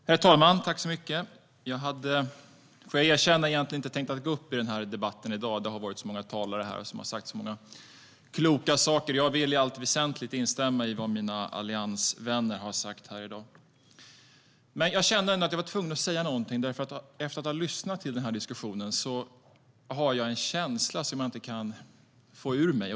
Herr talman! Jag ska erkänna att jag egentligen inte hade tänkt gå upp i den här debatten i dag. Många talare har sagt många kloka saker. Jag vill i allt väsentligt instämma i vad mina alliansvänner har sagt här i dag. Jag kände ändå att jag var tvungen att säga någonting, för efter att ha lyssnat till diskussionen har jag en känsla som jag inte slipper ifrån.